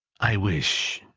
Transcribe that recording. i wish,